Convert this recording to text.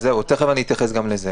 תכף אתייחס גם לזה.